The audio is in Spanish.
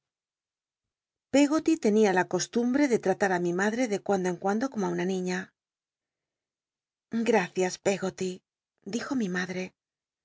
peggoly tenia la coslumbe ele ll'llta á mi madre de cuando en cuando como i una niña gracias pcggoty dijo mi made